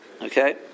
Okay